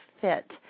fit